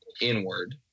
inward